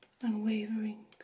unwavering